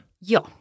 Ja